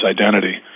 identity